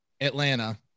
Atlanta